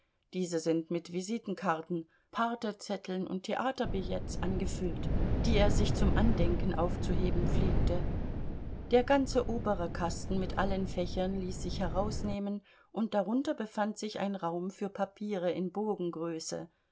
diese sind mit visitenkarten partezetteln und theaterbilletts angefüllt die er sich zum andenken aufzuheben pflegte der ganze obere kasten mit allen fächern ließ sich herausnehmen und darunter befand sich ein raum für papiere in